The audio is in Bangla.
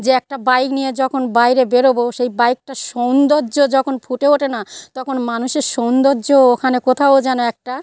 যে একটা বাইক নিয়ে যখন বাইরে বেরোব সেই বাইকটার সৌন্দর্য যখন ফুটে ওঠে না তখন মানুষের সৌন্দর্যও ওখানে কোথাও যেন একটা